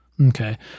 Okay